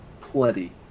plenty